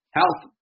health